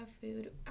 food